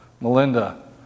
Melinda